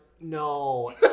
no